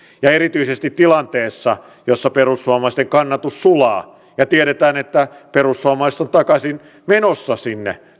ja erityisesti tilanteessa jossa perussuomalaisten kannatus sulaa ja tiedetään että perussuomalaiset on takaisin menossa sinne